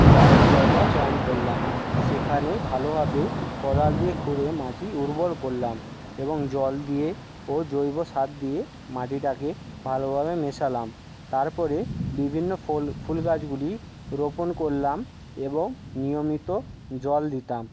জায়গা চয়ন করলাম সেখানে ভালোভাবে কোদাল দিয়ে খুঁড়ে মাটি উর্বর করলাম এবং জল দিয়ে ও জৈব সার দিয়ে মাটিটাকে ভালোভাবে মেশালাম তারপরে বিভিন্ন ফল ফুল গাছগুলি রোপণ করলাম এবং নিয়মিত জল দিতাম